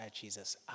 Jesus